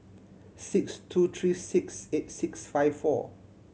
six two three six eight six five four